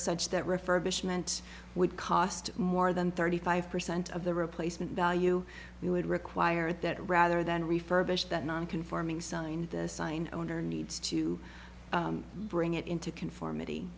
such that refer bish meant would cost more than thirty five percent of the replacement value he would require at that rather than refurbished that non conforming son and signed owner needs to bring it into conformity